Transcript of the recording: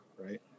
right